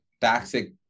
toxic